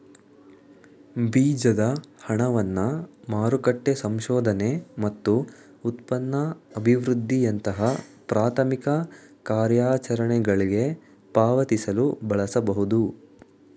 ಬೀಜದ ಹಣವನ್ನ ಮಾರುಕಟ್ಟೆ ಸಂಶೋಧನೆ ಮತ್ತು ಉತ್ಪನ್ನ ಅಭಿವೃದ್ಧಿಯಂತಹ ಪ್ರಾಥಮಿಕ ಕಾರ್ಯಾಚರಣೆಗಳ್ಗೆ ಪಾವತಿಸಲು ಬಳಸಬಹುದು